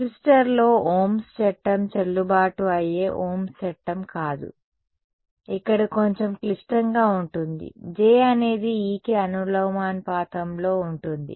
రెసిస్టర్లో Ohm's Ohm's చట్టం చెల్లుబాటు అయ్యే ఓంస్ చట్టం కాదు ఇక్కడ కొంచెం క్లిష్టంగా ఉంటుంది J అనేది E కి అనులోమానుపాతంలో ఉంటుంది